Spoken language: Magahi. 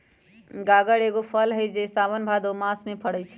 गागर एगो फल हइ जे साओन भादो मास में फरै छै